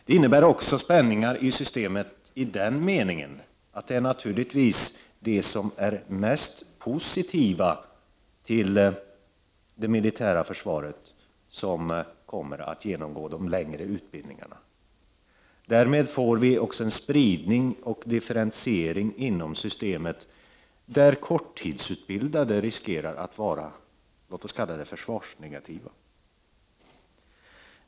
Det innebär också spänningar i systemet, i den meningen att det naturligtvis är de som är mest positiva till det militära försvaret som kommer att genomgå de längre utbildningarna. Därmed blir det också en spridning och differentiering inom systemet, där korttidsutbildade riskerar att vara försvarsnegativa.